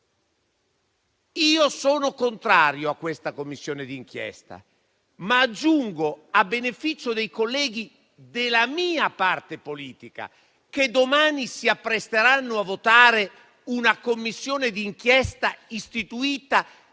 Io sono contrario a questa Commissione d'inchiesta, ma aggiungo, a beneficio dei colleghi della mia parte politica che domani si appresteranno a votare una Commissione d'inchiesta istituita